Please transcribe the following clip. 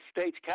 states